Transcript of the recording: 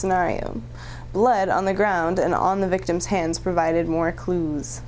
scenario blood on the ground and on the victim's hands provided more clues